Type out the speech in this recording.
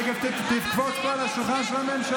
אבל אם הוא דפק על השולחן, זו התקדמות.